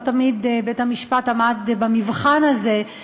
לא תמיד בית-המשפט עמד במבחן הזה,